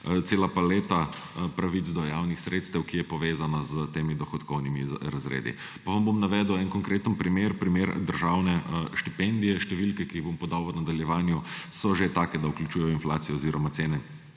cela paleta pravic do javnih sredstev, ki je povezana z dohodkovnimi razredi. Navedel vam bom en konkreten primer, primer državne štipendije. Številke, ki jih bom podal v nadaljevanju, so že take, da vključujejo inflacijo oziroma cene